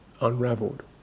unraveled